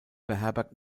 beherbergt